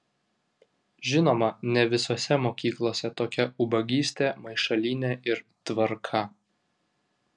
žinoma ne visose mokyklose tokia ubagystė maišalynė ir tvarka